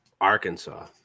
Arkansas